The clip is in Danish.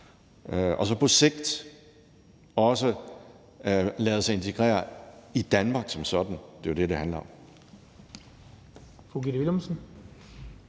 og så på sigt også lader sig integrere i Danmark som sådan. Det er jo det, det handler om.